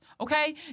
okay